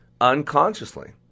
Unconsciously